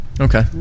Okay